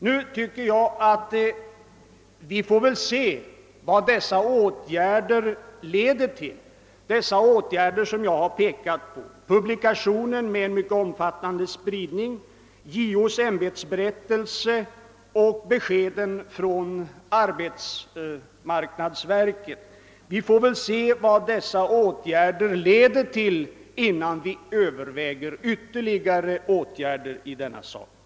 Jag tycker att vi nu får avvakta vad de vidtagna åtgärderna leder till. Jag syftar här på åberopade publikation, JO:s ämbetsberättelse och beskedet från arbetsmarknadsverket. Vi får väl se vilket resultat dessa åtgärder leder till innan vi tar ställning till om något ytterligare behöver göras.